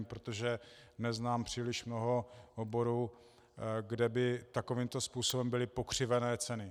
Protože neznám příliš mnoho oborů, kde by takovýmto způsobem byly pokřivené ceny.